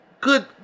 Good